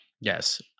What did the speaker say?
Yes